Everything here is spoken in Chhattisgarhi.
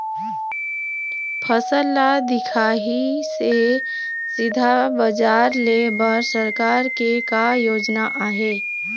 फसल ला दिखाही से सीधा बजार लेय बर सरकार के का योजना आहे?